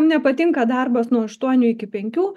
nepatinka darbas nuo aštuonių iki penkių